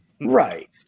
Right